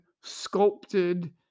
sculpted